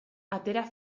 atera